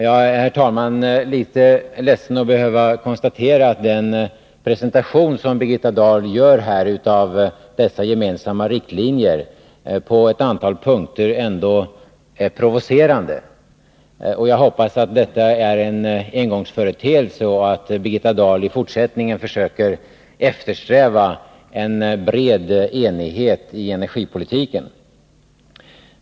Jag är, herr talman, litet ledsen att behöva konstatera att den presentation som Birgitta Dahl gör av dessa gemensamma riktlinjer på ett antal punkter ändå är provocerande. Jag hoppas att detta är en engångsföreteelse och att Birgitta Dahli fortsättningen försöker eftersträva en bred enighet i energipolitiken.